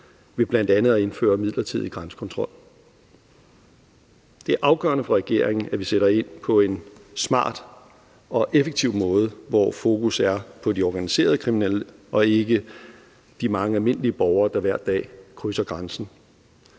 ved bl.a. at indføre midlertidig grænsekontrol. Det er afgørende for regeringen, at vi sætter ind på en smart og effektiv måde, hvor fokus er på de organiserede kriminelle og ikke på de mange almindelige borgere, der hver dag krydser grænsen.